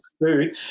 food